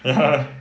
ya